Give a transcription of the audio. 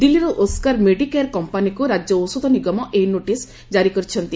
ଦିଲ୍ଲୀର Oscar Medicare କମ୍ମାନୀକୁ ରାଜ୍ୟ ଔଷଧ ନିଗମ ଏହି ନୋଟିସ୍ ଜାରି କରିଛନ୍ତି